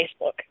Facebook